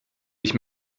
ich